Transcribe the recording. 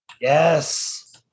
Yes